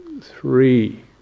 three